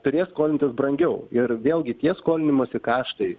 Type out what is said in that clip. turės skolintis brangiau ir vėlgi tie skolinimosi kaštai